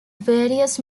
various